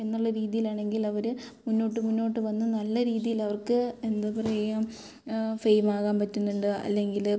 എന്നുള്ള രീതിയിൽ ആണെങ്കിൽ അവർ മുന്നോട്ട് മുന്നോട്ട് വന്ന് നല്ല രീതിയിൽ അവർക്ക് എന്താണ് പറയുക ഫെയിം ആകാൻ പറ്റുന്നുണ്ട് അല്ലെങ്കിൽ